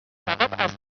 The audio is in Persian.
فقط